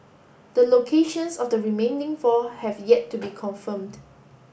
the locations of the remaining four have yet to be confirmed